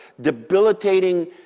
debilitating